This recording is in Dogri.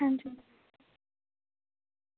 अच्छा